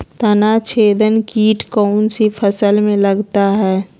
तनाछेदक किट कौन सी फसल में लगता है?